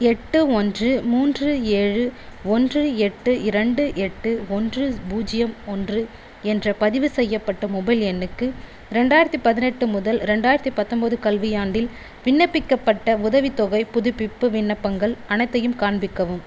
எட்டு ஒன்று மூன்று ஏழு ஒன்று எட்டு இரண்டு எட்டு ஒன்று பூஜ்யம் ஒன்று என்ற பதிவு செய்யப்பட்ட மொபைல் எண்ணுக்கு ரெண்டாயிரத்தி பதினெட்டு முதல் ரெண்டாயிரத்தி பத்தொன்பது கல்வியாண்டில் விண்ணப்பிக்கப்பட்ட உதவித்தொகைப் புதுப்பிப்பு விண்ணப்பங்கள் அனைத்தையும் காண்பிக்கவும்